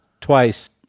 twice